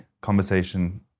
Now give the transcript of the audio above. conversation